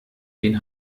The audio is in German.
den